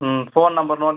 ம் phone number note